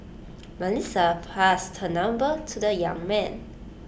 Melissa passed her number to the young man